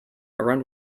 around